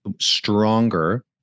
stronger